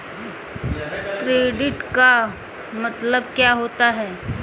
Credit का मतलब क्या होता है?